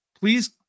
please